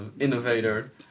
innovator